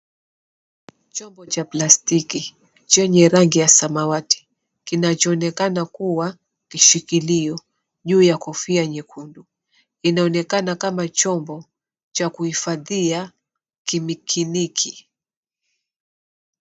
Chombo cha plastiki chenye rangi ya samawati kinachoonekana kuwa kishikilio juu ya kofia nyekundu, inayoonekana kama chombo cha kuhifadhia kimikiniki